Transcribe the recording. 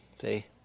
See